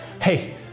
hey